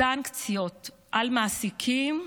סנקציות על מעסיקים,